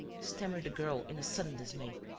stammered the girl, in sudden dismay.